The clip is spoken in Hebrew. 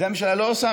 את זה הממשלה לא עושה,